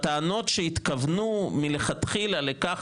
הטענות שהתכוונו מלכתחילה לכך,